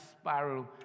spiral